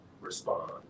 respond